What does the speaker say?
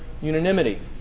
unanimity